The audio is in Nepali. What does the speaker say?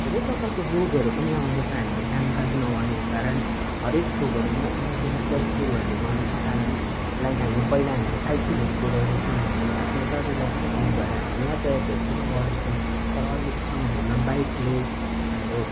धेरै प्रकारको रोगहरू पनि आउँदछ हामीले कामकाज नगर्नुको कारण हरेक थोकहरू मे मेकेनिकल कुरोहरूले गर्नुको कारण लाइक हामी पहिला हामी साइकलहरू कुदाउँदै थियौँ हामी आफ्नो शरीरलाई पनि फिट भएर हामी यातायातहरू पनि गर्दैथ्यौँ तर अहिलेको समयहरूमा बाइकले हाम्रो